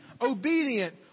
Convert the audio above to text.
obedient